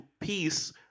peace